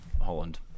Holland